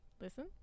Listen